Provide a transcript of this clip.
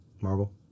Marvel